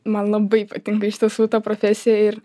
man labai patinka iš tiesų ta profesija ir